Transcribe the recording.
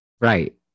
right